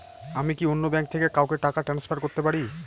আমি কি অন্য ব্যাঙ্ক থেকে কাউকে টাকা ট্রান্সফার করতে পারি?